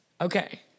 Okay